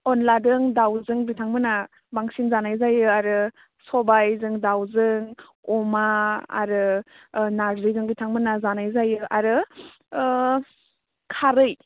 अनद्लाजों दाउजों बिथांमोनहा बांसिन जानाय जायो आरो सबाइजों दाउजों अमा आरो नारजिजों बिथांमोनहा जानाय जायो आरो खारै